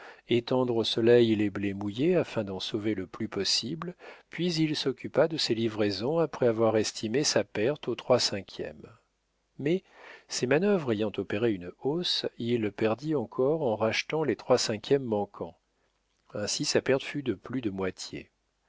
étendre au soleil les blés mouillés afin d'en sauver le plus possible puis il s'occupa de ses livraisons après avoir estimé sa perte aux trois cinquièmes mais ses manœuvres ayant opéré une hausse il perdit encore en rachetant les trois cinquièmes manquants ainsi sa perte fut de plus de moitié